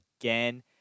again